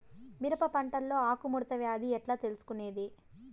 మిరప పంటలో ఆకు ముడత వ్యాధి ఎట్లా తెలుసుకొనేది?